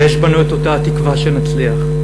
ויש בנו אותה תקווה שנצליח.